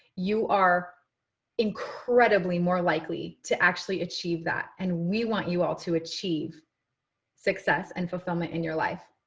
you are incredibly more likely to actually achieve that. and we want you all to achieve success and fulfillment in your life.